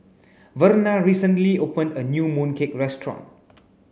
Verna recently opened a new moon cake restaurant